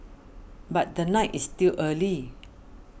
but the night is still early